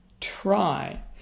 try